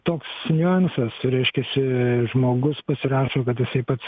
toks niuansas reiškiasi žmogus pasirašo kad jisai pats